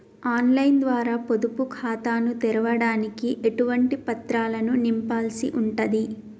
On line ద్వారా పొదుపు ఖాతాను తెరవడానికి ఎటువంటి పత్రాలను నింపాల్సి ఉంటది?